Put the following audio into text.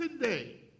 today